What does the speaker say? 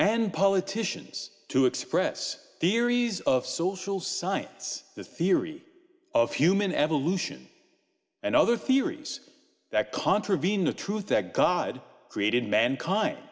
and politicians to express theories of social science the theory of human evolution and other theories that contravene the truth that god created mankind